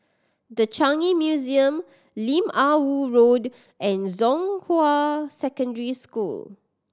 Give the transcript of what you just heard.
The Changi Museum Lim Ah Woo Road and Zhonghua Secondary School